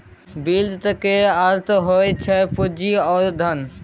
वित्त केर अर्थ होइ छै पुंजी वा धन